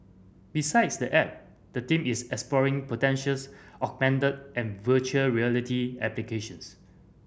besides the app the team is exploring potentials augmented and virtual reality applications